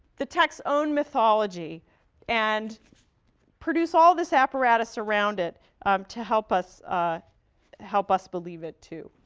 the text's own mythology and produce all this apparatus around it to help us help us believe it, too.